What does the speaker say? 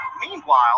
meanwhile